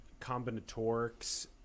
combinatorics